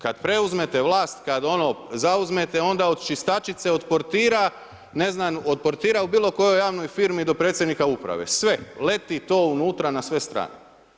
Kad preuzmete vlast, kad ono zauzmete, onda od čistačice, od portira, ne znam od portira u bilo kojoj javnoj firmi do predsjednika uprave, sve, leti to unutra na sve strane.